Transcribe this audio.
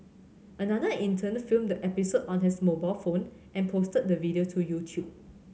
another intern filmed the episode on his mobile phone and posted the video to YouTube